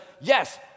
yes